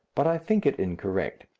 but i think it incorrect.